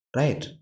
right